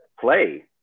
play